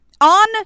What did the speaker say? on